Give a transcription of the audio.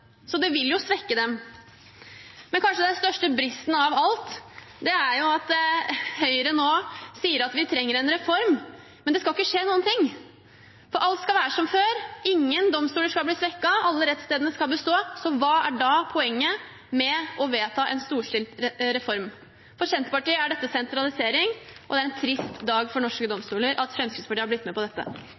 så det vil jo svekke dem. Men kanskje den største bristen av alt: Høyre sier at vi trenger en reform, men det skal ikke skje noen ting, for alt skal være som før, ingen domstoler skal bli svekket, alle rettsstedene skal bestå. Hva er da poenget med å vedta en storstilt reform? For Senterpartiet er dette sentralisering, og det er en trist dag for norske domstoler at Fremskrittspartiet har blitt med på dette.